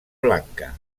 blanca